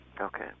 Okay